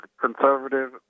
conservative